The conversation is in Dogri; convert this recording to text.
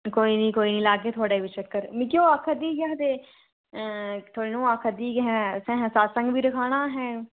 कोई निं कोई निं लागे थुहाड़े चक्कर मिगी ओह् आक्खा दी ही केह् आखदे थुहाड़ी नूंह् आक्खा दी ही के असें सत्संग बी रक्खाना असें